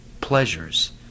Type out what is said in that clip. pleasures